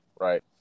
right